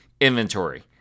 inventory